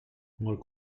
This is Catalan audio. molt